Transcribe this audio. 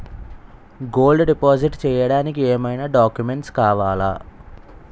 Gold deposit చేయడానికి ఏమైనా documents కావాలా?